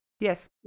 Yes